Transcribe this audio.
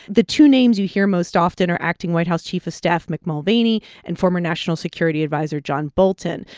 the two names you hear most often are acting white house chief of staff mick mulvaney and former national security adviser john bolton.